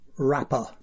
Rapper